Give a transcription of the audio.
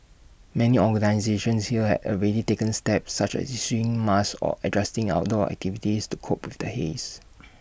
many organisations here have already taken steps such as issuing masks or adjusting outdoor activities to cope with the haze